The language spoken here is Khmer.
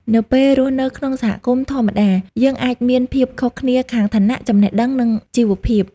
នៅពេលរស់នៅក្នុងសហគមន៍ធម្មតា យើងអាចមានភាពខុសគ្នាខាងឋានៈ ចំណេះដឹង និងជីវភាព។